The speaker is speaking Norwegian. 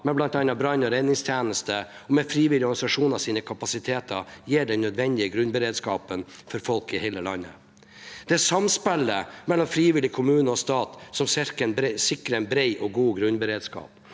med bl.a. brann- og redningstjeneste og frivillige organisasjoners kapasiteter, gir den nødvendige grunnberedskapen for folk i hele landet. Det er samspillet mellom frivillige, kommunene og staten som sikrer en bred og god grunnberedskap.